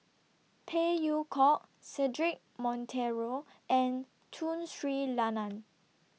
Phey Yew Kok Cedric Monteiro and Tun Sri Lanang